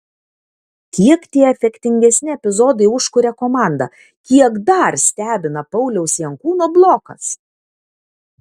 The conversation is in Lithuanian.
kiek tie efektingesni epizodai užkuria komandą kiek dar stebina pauliaus jankūno blokas